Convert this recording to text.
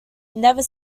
never